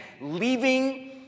leaving